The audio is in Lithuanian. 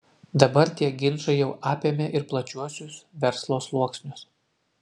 dabar tie ginčai jau apėmė ir plačiuosius verslo sluoksnius